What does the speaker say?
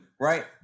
right